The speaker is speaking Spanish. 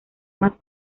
más